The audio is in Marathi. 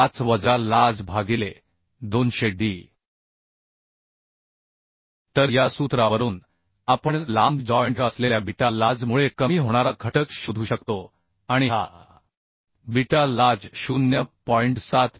075 वजा lj भागिले 200d तर या सूत्रावरून आपण लांब जॉइंट असलेल्या बीटा lj मुळे कमी होणारा घटक शोधू शकतो आणि हा बीटा lj 0